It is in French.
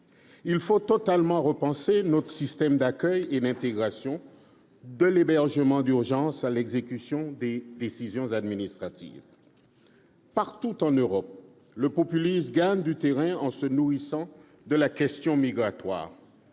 Il faut totalement repenser notre système d'accueil et d'intégration, de l'hébergement d'urgence à l'exécution des décisions administratives. Partout en Europe, le populisme gagne du terrain en se nourrissant de la question migratoire.